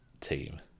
team